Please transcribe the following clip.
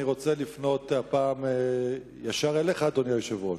אני רוצה לפנות הפעם ישר אליך, אדוני היושב-ראש.